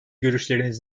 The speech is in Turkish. görüşleriniz